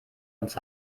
ins